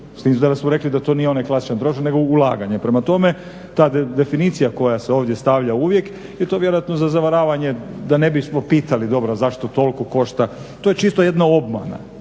se ne razumije./… da to nije onaj klasičan trošak nego ulaganja. Prema tome, ta definicija koja se ovdje stavlja uvijek je to vjerojatno za zavaravanje da ne bismo pitali dobro a zašto toliko košta. To je čisto jedna obmana.